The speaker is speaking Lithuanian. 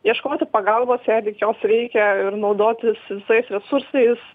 ieškoti pagalbos jei tik jos reikia ir naudotis visais resursais